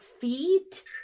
feet